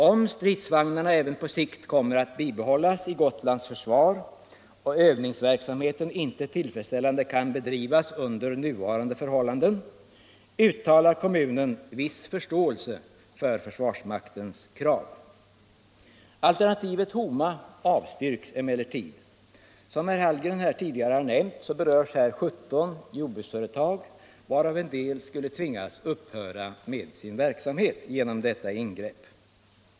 Om stridsvagnarna även på sikt kommer att bibehållas i Gotlands försvar och övningsverksamheten inte tillfredsställande kan bedrivas under nuvarande förhållanden uttalar kommunen viss förståelse för försvarsmaktens krav. Alternativet Homa avstyrks emellertid. Som herr Hallgren här redan har nämnt berörs 17 jordsbruksföretag, varav en del skulle tvingas att upphöra med sin verksamhet på grund av arealförlusten.